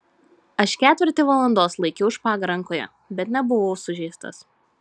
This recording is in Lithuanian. aš ketvirtį valandos laikiau špagą rankoje bet nebuvau sužeistas